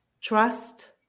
trust